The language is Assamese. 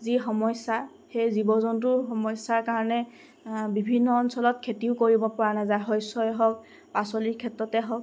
যি সমস্যা সেই জীৱ জন্তুৰ সমস্যাৰ কাৰণে বিভিন্ন অঞ্চলত খেতিও কৰিবপৰা নেযায় শস্যই হওক পাচলিৰ ক্ষেত্ৰতেই হওক